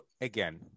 again